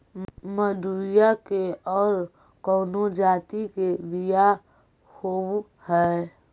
मडूया के और कौनो जाति के बियाह होव हैं?